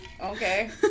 Okay